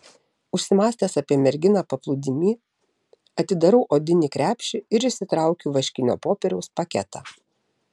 užsimąstęs apie merginą paplūdimy atidarau odinį krepšį ir išsitraukiu vaškinio popieriaus paketą